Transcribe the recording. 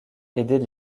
aider